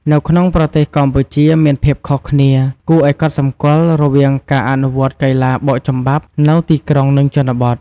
នៅក្នុងប្រទេសកម្ពុជាមានភាពខុសគ្នាគួរឲ្យកត់សម្គាល់រវាងការអនុវត្តន៍កីឡាបោកចំបាប់នៅទីក្រុង និងជនបទ។